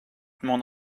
mon